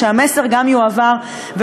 ושהמסר גם יועבר,